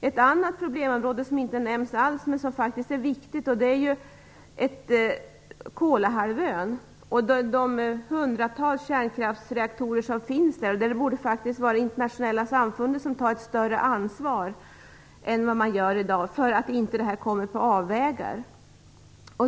Ett annat problemområde som inte nämns alls men som faktiskt är viktigt är de hundratals kärnkraftsreaktorer som finns på Kolahalvön. Där borde faktiskt det internationella samfundet ta ett större ansvar än vad man gör i dag för att inte frågan skall komma på avvägar.